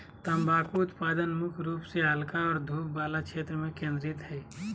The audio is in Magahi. तम्बाकू उत्पादन मुख्य रूप से हल्का और धूप वला क्षेत्र में केंद्रित हइ